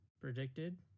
predicted